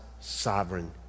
sovereign